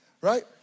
right